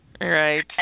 Right